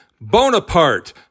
Bonaparte